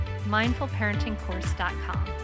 mindfulparentingcourse.com